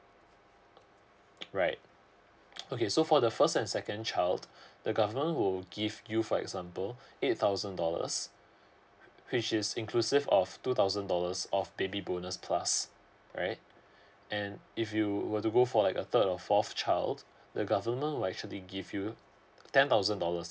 right okay so for the first and second child the government will give you for example eight thousand dollars which is inclusive of two thousand dollars of baby bonus plus right and if you were to go for like a third or fourth child the government will actually give you ten thousand dollars